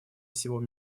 всего